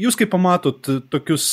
jūs kai pamatot tokius